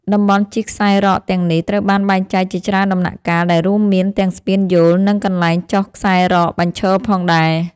តំបន់ជិះខ្សែរ៉កទាំងនេះត្រូវបានបែងចែកជាច្រើនដំណាក់កាល ដែលរួមមានទាំងស្ពានយោល និងកន្លែងចុះខ្សែរ៉កបញ្ឈរផងដែរ។